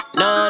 no